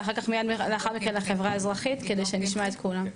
ולאחר מכן לחברה האזרחית כדי שנשמע את כולם.